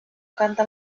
canta